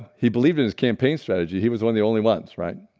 he believed in his campaign strategy. he was one of the only ones right?